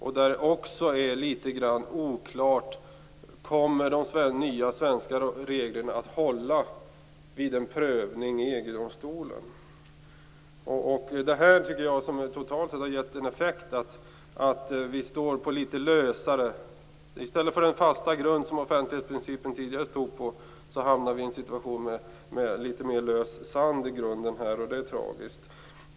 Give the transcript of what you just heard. Här är det också litet grand oklart. Kommer de nya svenska reglerna att hålla vid en prövning i EG-domstolen? Det här tycker jag totalt sett har gett den effekten att vi i stället för den fasta grund offentlighetsprincipen tidigare stod på har fått litet mer lös sand i grunden. Det är tragiskt.